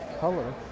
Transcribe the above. color